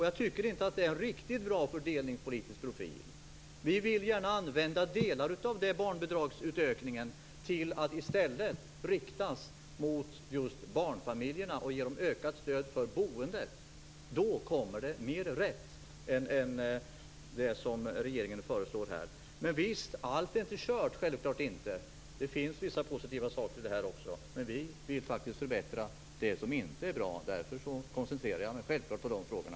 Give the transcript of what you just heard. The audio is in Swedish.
Jag tycker inte att det är en riktigt bra fördelningspolitisk profil. Vi vill gärna använda delar av barnbidragsökningen för att i stället rikta dem mot just barnfamiljerna i form av ökat stöd för boendet. Då kommer det mer rätt än det som regeringen föreslår. Men visst, allt är inte kört, självfallet inte. Det finns vissa positiva saker i förslaget också, men vi vill faktiskt förbättra det som inte är bra. Därför koncentrerar jag mig självfallet på de frågorna.